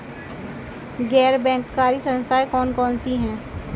गैर बैंककारी संस्थाएँ कौन कौन सी हैं?